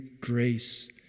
grace